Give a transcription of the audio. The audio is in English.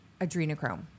adrenochrome